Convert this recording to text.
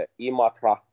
Imatra